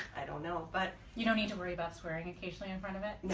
i don't know, but you don't need to worry about swearing occasionally in front of it.